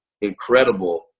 incredible